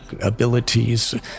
abilities